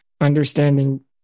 understanding